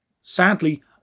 Sadly